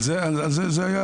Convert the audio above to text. על זה אני מדבר.